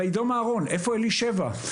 איפה אלישבע?